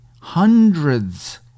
hundreds